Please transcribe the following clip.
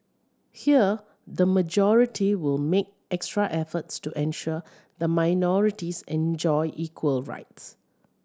here the majority will make extra efforts to ensure the minorities enjoy equal rights